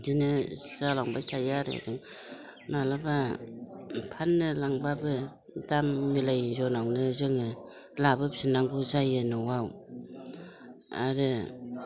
बिदिनो जालांबाय थायो आरो माब्लाबा फाननो लांब्लाबो दाम मिलायि जनावनो जोङो लाबोफिननांगौ जायो न'आव आरो